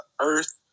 Earth